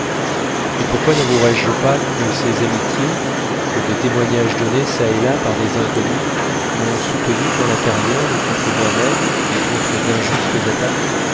et pourquoi navouerais je pas que ces amitiés que des témoignages donnés çà et là par des inconnus m'ont soutenu dans la carrière et contre moi-même et contre d'injustes attaques